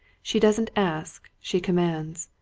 she doesn't ask she commands!